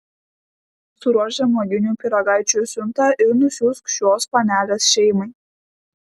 suruošk žemuoginių pyragaičių siuntą ir nusiųsk šios panelės šeimai